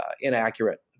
inaccurate